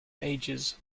ages